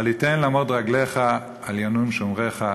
אל יתן למוט רגלך אל ינום שמרך.